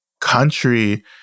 country